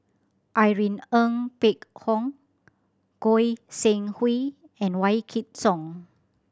Irene Ng Phek Hoong Goi Seng Hui and Wykidd Song